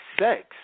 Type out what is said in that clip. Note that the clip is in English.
sex